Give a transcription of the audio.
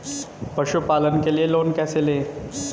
पशुपालन के लिए लोन कैसे लें?